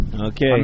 okay